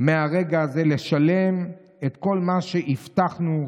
מהרגע הזה לשלם את כל מה שהבטחנו,